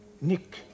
Nick